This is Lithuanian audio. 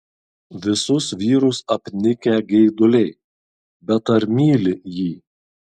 visus vyrus apnikę geiduliai bet ar myli jį